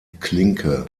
klinke